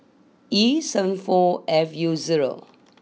E seven four F U zero